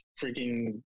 freaking